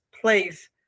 place